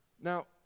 Now